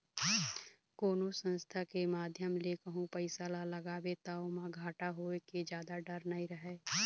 कोनो संस्था के माध्यम ले कहूँ पइसा ल लगाबे ता ओमा घाटा खाय के जादा डर नइ रहय